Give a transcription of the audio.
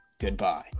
goodbye